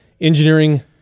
engineering